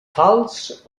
falç